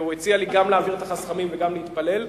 והוא הציע לי גם להעביר את החסכמים וגם להתפלל,